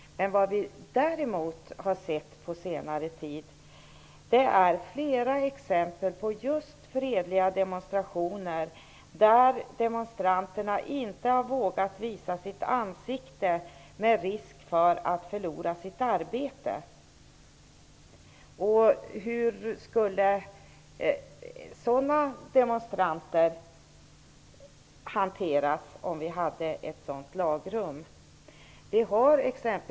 Vad vi däremot har sett på senare tid är flera exempel på just fredliga demonstrationer, där demonstranterna inte har vågat visa ansiktet på grund av risken att förlora sitt arbete. Hur skulle sådana demonstranter hanteras, om vi hade ett lagrum som förbjöd deltagare i demonstrationer att dölja ansiktet?